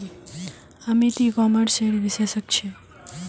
अमित ई कॉमर्सेर विशेषज्ञ छे